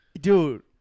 Dude